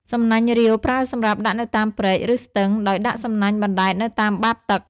សំណាញ់រ៉ាវ ប្រើសម្រាប់ដាក់នៅតាមព្រែក ឬស្ទឹង ដោយដាក់សំណាញ់បណ្ដែតនៅតាមបាតទឹក។